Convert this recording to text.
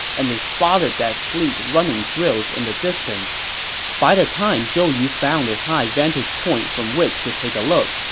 and they spotted that fleet running drills in the by the time zhou yu found a high vantage point from which to take a look,